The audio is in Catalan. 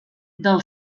del